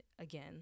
again